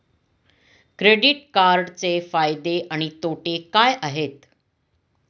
Credit कार्डचे फायदे आणि तोटे काय आहेत?